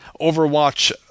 Overwatch